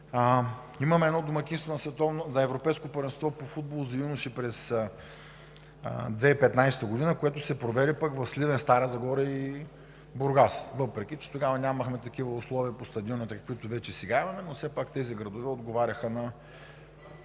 Имахме домакинство на Европейското първенство по футбол за юноши през 2015 г., което се проведе в Сливен, Стара Загора и Бургас, въпреки че тогава нямахме такива условия по стадионите, каквито вече имаме, но все пак тези градове отговаряха на